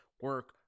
Work